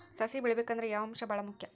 ಸಸಿ ಬೆಳಿಬೇಕಂದ್ರ ಯಾವ ಅಂಶ ಭಾಳ ಮುಖ್ಯ?